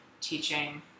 teaching